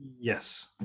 yes